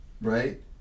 Right